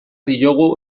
diogu